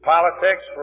Politics